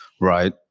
right